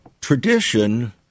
tradition